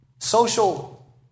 Social